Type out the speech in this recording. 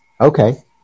Okay